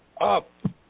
up